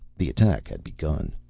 the attack had begun.